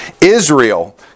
Israel